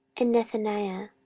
and nethaniah,